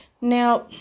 Now